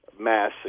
mass